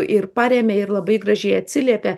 ir paremia ir labai gražiai atsiliepia